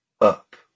up